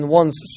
one's